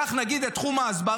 כך נגיד את תחום ההסברה,